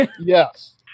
Yes